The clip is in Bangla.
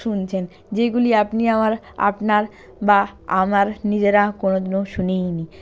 শুনছেন যেগুলি আপনি আমার আপনার বা আমার নিজেরা কোনো দিনও শুনিই নি